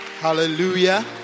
Hallelujah